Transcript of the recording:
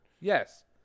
Yes